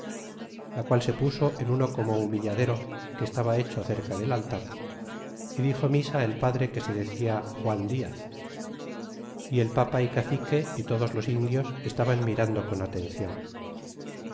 la qual se puso en uno como humilladero que estaba hecho cerca del altar y dixo misa el padre que se decia juan diaz y el papa y cacique y todos los indios estaban mirando con atencion